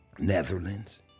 netherlands